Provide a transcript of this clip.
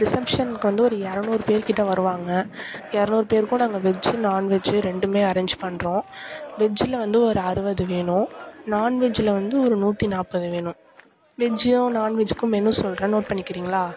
ரிசெப்ஷனுக்கு வந்து ஒரு இரநூறு பேர்கிட்ட வருவாங்க இரநூறு பேருக்கும் நாங்கள் வெஜ்ஜி நான் வெஜ்ஜி ரெண்டுமே அரேஞ்ச் பண்ணுறோம் வெஜ்ஜில் வந்து ஒரு அறுபது வேணும் நான் வெஜ்ஜில் வந்து ஒரு நூற்றி நாற்பது வேணும் வெஜ்ஜும் நான் வெஜ்ஜுக்கும் மெனு சொல்கிறேன் நோட் பண்ணிக்கிறிங்களா